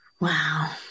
Wow